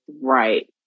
right